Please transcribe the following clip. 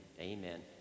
Amen